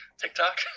TikTok